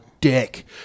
dick